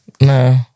no